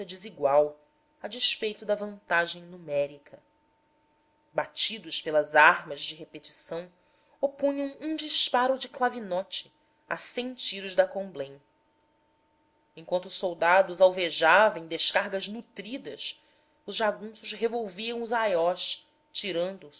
desigual a despeito da vantagem numérica batidos pelas armas de repetição opunham um disparo de clavinote a cem tiros de comblain enquanto o soldado os alvejava em descargas nutridas os jagunços revolviam os aiós tirando